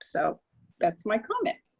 so that's my comment.